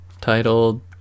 titled